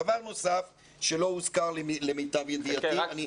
דבר נוסף שלא הוזכר למיטב ידיעתי,